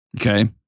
Okay